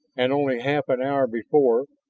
and only half an hour before,